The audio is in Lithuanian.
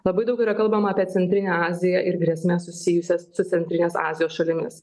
labai daug yra kalbama apie centrinę aziją ir grėsmes susijusias su centrinės azijos šalimis